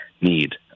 need